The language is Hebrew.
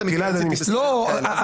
גלעד, אני מסתדר.